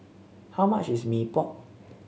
how much is Mee Pok